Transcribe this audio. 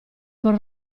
con